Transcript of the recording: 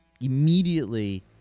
immediately